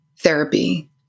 therapy